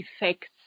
effects